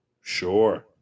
Sure